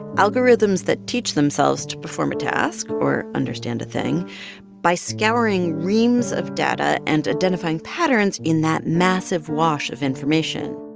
algorithms that teach themselves to perform a task or understand a thing by scouring reams of data and identifying patterns in that massive wash of information.